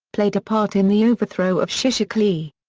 played a part in the overthrow of shishakli.